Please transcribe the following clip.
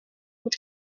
mit